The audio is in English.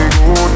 go